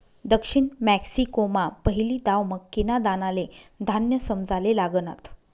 दक्षिण मेक्सिकोमा पहिली दाव मक्कीना दानाले धान्य समजाले लागनात